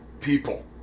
people